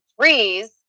threes